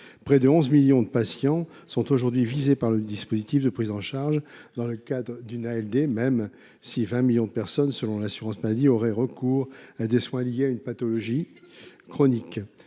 Près de onze millions de patients sont visés par le dispositif de prise en charge dans le cadre d’une ALD, même si vingt millions de personnes, selon l’assurance maladie, ont recours à des soins liés à une pathologie chronique.